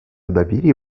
доверия